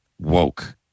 woke